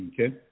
Okay